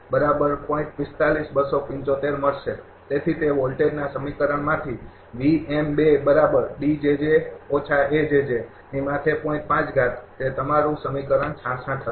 તેથી તે વોલ્ટેજના સમીકરણમાંથી તે તે તમારું સમીકરણ ૬૬ હશે